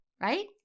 right